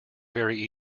very